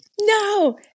no